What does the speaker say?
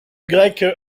grec